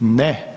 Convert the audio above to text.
Ne.